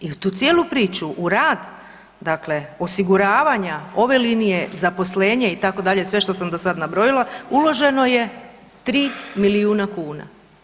I u tu cijelu priču, u rad osiguravanja ove linije, zaposlenje, itd., sve što sam do sad nabrojila uloženo je 3 milijuna kuna.